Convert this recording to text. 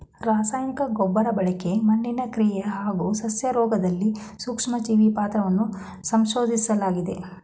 ರಾಸಾಯನಿಕ ಗೊಬ್ರಬಳಕೆ ಮಣ್ಣಿನ ಕ್ರಿಯೆ ಹಾಗೂ ಸಸ್ಯರೋಗ್ದಲ್ಲಿ ಸೂಕ್ಷ್ಮಜೀವಿ ಪಾತ್ರವನ್ನ ಸಂಶೋದಿಸ್ಲಾಗಿದೆ